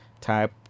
type